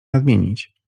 nadmienić